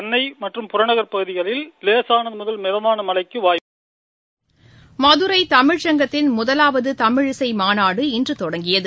சென்னை மற்றம் புறநகர் பகுதிகளில் லேசனது முதல் மிதமான மழைக்கு வாய்ப்புள்ளது மதுரை தமிழ்ச்சங்கத்தின் முதலாவது தமிழிசை மாநாடு இன்று தொடங்கியது